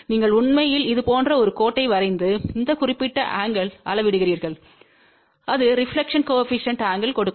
நீங்கள் உண்மையில் இது போன்ற ஒரு கோட்டை வரைந்து இந்த குறிப்பிட்ட ஆங்கிள் அளவிடுகிறீர்கள் அது ரெபிலெக்ஷன் கோஏபிசிஎன்டின் ஆங்கிள் கொடுக்கும்